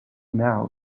now